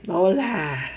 no lah